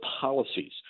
policies